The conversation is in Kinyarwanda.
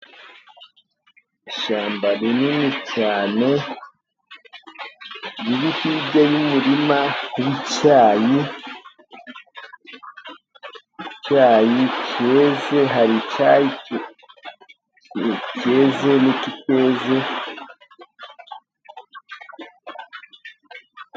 Ishyamba rinini cyane riri hirya y'umurima w'icyayi icyayi cyeze hari icyari cyeze n'ikiteze.